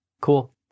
Cool